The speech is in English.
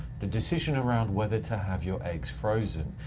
the decision around whether to have your eggs frozen.